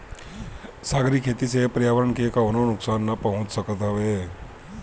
सागरी खेती से पर्यावरण के कवनो नुकसान ना पहुँचत हवे